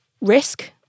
risk